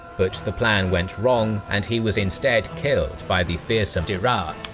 but the plan went wrong and he was instead killed by the fearsome dhiraar.